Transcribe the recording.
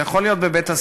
זה יכול להיות בבית-הספר,